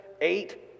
eight